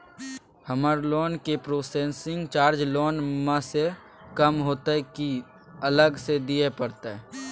हमर लोन के processing charge loan म स कम होतै की अलग स दिए परतै?